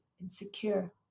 insecure